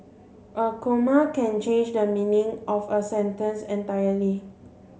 a comma can change the meaning of a sentence entirely